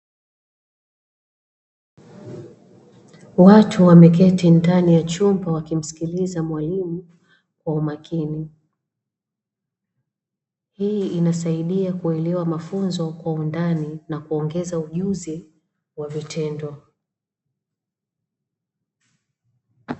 Watu wameketi ndani ya chumba wakimsikiliza mwalimu kwa umakini. Hii inasaidia kuelewa mafunzo kwa undani na kuongeza ujuzi wa vitendo.